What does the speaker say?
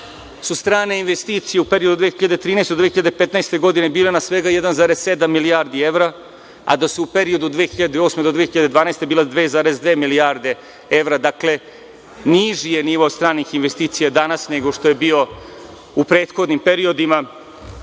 su strane investicije u periodu od 2013. do 2015. godine bile na svega 1,7 milijardi evra, a da su u periodu od 2008. do 2012. godine bile 2,2 milijarde evra. Dakle, niži je nivo stranih investicija danas nego što je bio u prethodnim periodima.